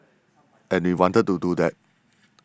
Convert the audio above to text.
and we wanted to do that